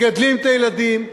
מגדלים את הילדים,